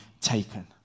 taken